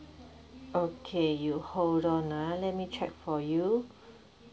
okay you hold on ah let me check for you